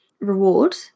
reward